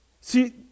See